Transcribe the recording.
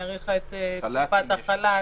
האריכה את תקופת החל"ת,